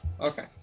okay